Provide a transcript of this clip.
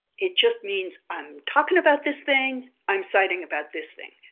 it just means i'm talking about this thing, i'm citing about this thing.